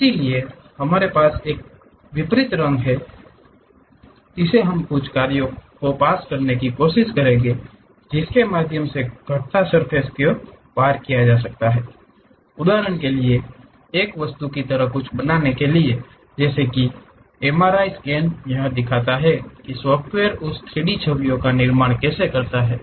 इसलिए हमारे पास इसके विपरीत रंग हैं हम कुछ कार्यों को पास करने की कोशिश करेंगे जिसके माध्यम से घटता सर्फ़ेस को पार किया जा सकता है उदाहरण के लिए एक वस्तु की तरह कुछ बनाने के लिए जैसे कि एमआरआई स्कैन यह बताता है कि सॉफ्टवेयर उस 3D छवियों का निर्माण कैसे करता है